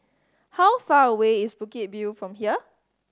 how far away is Bukit View from here